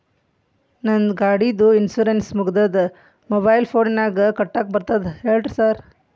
ನಂದ್ ಗಾಡಿದು ಇನ್ಶೂರೆನ್ಸ್ ಮುಗಿದದ ಮೊಬೈಲ್ ಫೋನಿನಾಗ್ ಕಟ್ಟಾಕ್ ಬರ್ತದ ಹೇಳ್ರಿ ಸಾರ್?